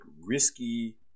risky